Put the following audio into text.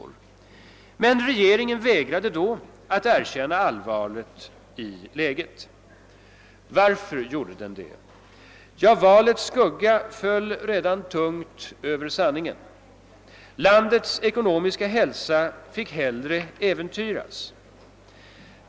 Regeringen vägrade då att erkänna allvaret i det ekonomiska läget. Varför? Valets skugga föll redan tungt över sanningen. Landets ekonomiska hälsa fick hellre äventyras.